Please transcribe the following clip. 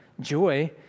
Joy